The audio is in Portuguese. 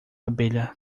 abelha